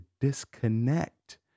disconnect